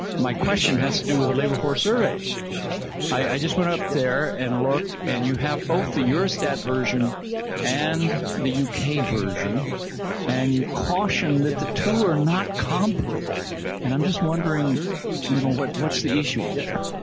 my question has to do with the labor force surveys okay i just went up there and looked and you have both to your stat version and the uk version and you caution that the two are not comparable and i'm just wondering you know what what's the issue there